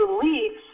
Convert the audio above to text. beliefs